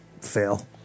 Fail